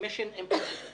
משימה